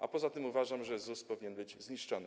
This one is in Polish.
A poza tym uważam, że ZUS powinien być zniszczony.